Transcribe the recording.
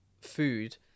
food